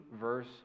verse